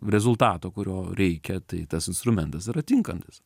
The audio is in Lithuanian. rezultato kurio reikia tai tas instrumentas yra tinkantis